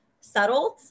settled